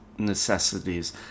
necessities